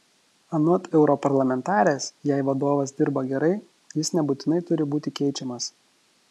anot europarlamentarės jei vadovas dirba gerai jis nebūtinai turi būti keičiamas